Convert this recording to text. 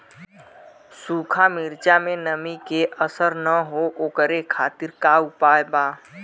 सूखा मिर्चा में नमी के असर न हो ओकरे खातीर का उपाय बा?